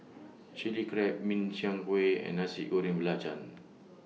Chilli Crab Min Chiang Kueh and Nasi Goreng Belacan